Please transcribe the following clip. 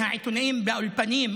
מהעיתונאים באולפנים,